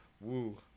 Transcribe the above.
Woo